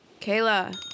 Kayla